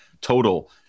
total